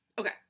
Okay